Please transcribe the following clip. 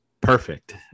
perfect